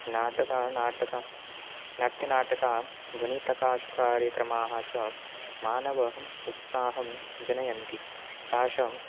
नाटकं नाटकं नाट्यनाटका ध्वनिप्रकाशकार्यक्रमाः च मानवानां उत्साहं जनयन्ति तासाम्